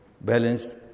balanced